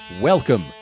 Welcome